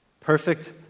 Perfect